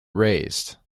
raised